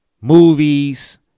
movies